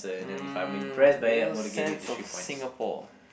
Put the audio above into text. mm real sense of Singapore